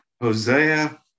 Hosea